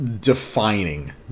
defining